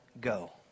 go